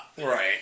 Right